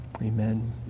Amen